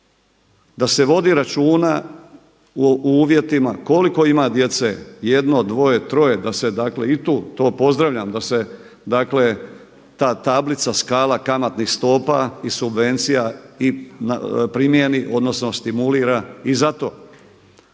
da se vodi računa u uvjetima koliko ima djece jedno, dvoje, troje, da se dakle i tu, to pozdravljam da se, dakle ta tablica, skala kamatnih stopa i subvencija i primijeni, odnosno stimulira i za to.